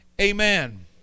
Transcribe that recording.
Amen